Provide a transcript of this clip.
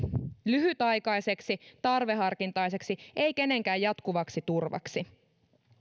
lyhytaikaiseksi tarveharkintaiseksi ei kenenkään jatkuvaksi turvaksi